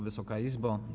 Wysoka Izbo!